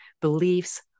beliefs